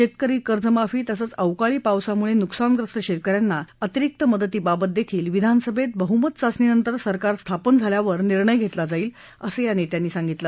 शेतकरी कर्जमाफी तसंच अवकाळी पावसामुळे नुकसानग्रस्त शेतक यांना अतिरिक्त मदतीबाबतही विधानसभेत बहमत चाचणीनंतर सरकार स्थापन झाल्यावर निर्णय घेतला जाईल असं या नेत्यांनी सांगितलं